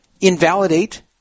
invalidate